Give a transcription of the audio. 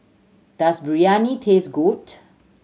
does Biryani taste good